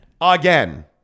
Again